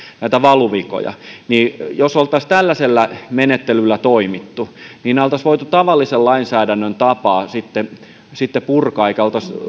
näitä valuvikoja niin jos oltaisiin tällaisella menettelyllä toimittu niin nämä oltaisiin voitu tavallisen lainsäädännön tapaan sitten sitten purkaa eikä